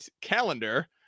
calendar